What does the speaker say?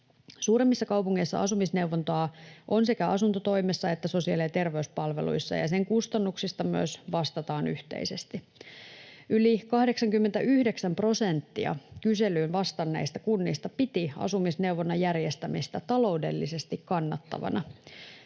Suuremmissa kaupungeissa asumisneuvontaa on sekä asuntotoimessa että sosiaali‑ ja terveyspalveluissa, ja sen kustannuksista myös vastataan yhteisesti. Yli 89 prosenttia kyselyyn vastanneista kunnista piti asumisneuvonnan järjestämistä taloudellisesti kannattavana.